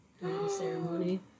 ceremony